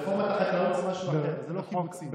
רפורמת החקלאות זה משהו אחר, זה לא קיבוצים.